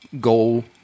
goal